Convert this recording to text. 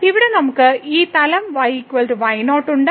ഇവിടെ നമുക്ക് ഈ തലം y y0 ഉണ്ട്